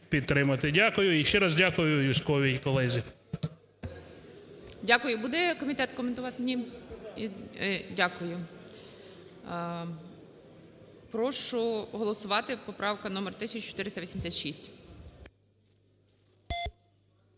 Дякую. І ще раз дякую Юзьковій, колезі. ГОЛОВУЮЧИЙ. Дякую. Буде комітет коментувати, ні? Дякую. Прошу голосувати, поправка номер 1486.